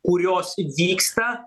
kurios vyksta